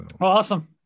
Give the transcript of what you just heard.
Awesome